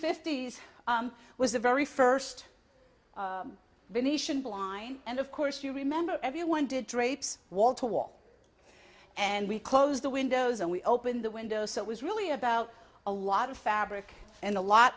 fifties was the very first venetian blind and of course you remember everyone did drapes wall to wall and we close the windows and we open the windows so it was really about a lot of fabric and a